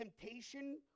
temptation